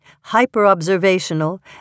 hyper-observational